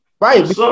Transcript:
Right